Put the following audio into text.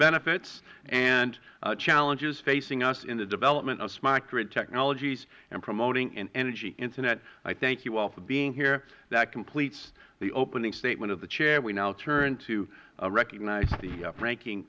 benefits and challenges facing us in the development of smart grid technologies and promoting an energy internet i thank you all for being here that completes the opening statement of the chair we now turn to recognize the ranking